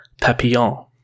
Papillon